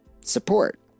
support